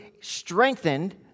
strengthened